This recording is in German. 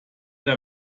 der